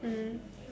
mm